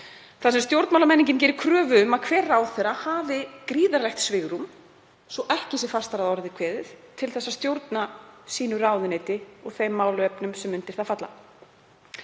þar sem stjórnmálamenningin gerir kröfu um að hver ráðherra hafi gríðarlegt svigrúm, svo ekki sé fastar að orði kveðið, til að stjórna sínu ráðuneyti og þeim málefnum sem undir það falla.